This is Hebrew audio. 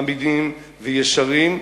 אמינים וישרים,